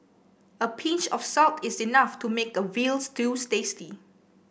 a pinch of salt is enough to make a veal stew tasty